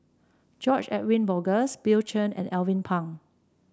George Edwin Bogaars Bill Chen and Alvin Pang